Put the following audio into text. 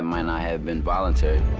might not have been voluntary.